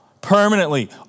Permanently